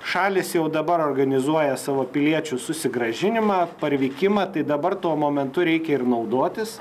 šalys jau dabar organizuoja savo piliečių susigrąžinimą parvykimą tai dabar tuo momentu reikia ir naudotis